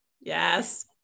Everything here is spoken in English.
Yes